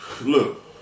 Look